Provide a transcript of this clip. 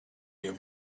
you